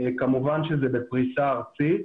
כמובן שזה בפריסה ארצית.